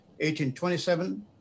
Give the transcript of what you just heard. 1827